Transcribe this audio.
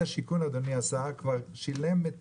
משרד הבינוי והשיכון כבר שילם את